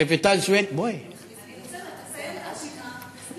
רויטל סויד, תסיים את הרשימה.